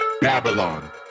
Babylon